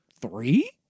three